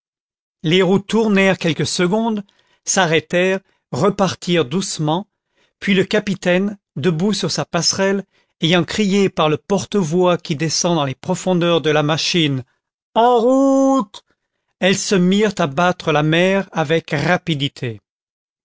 les roues tournèrent quelques secondes s'arrêtèrent repartirent doucement puis le capitaine debout sur sa passerelle ayant crié par le porte-voix qui descend dans les profondeurs de la machine en route elles se mirent à battre la mer avec rapidité